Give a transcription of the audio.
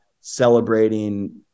celebrating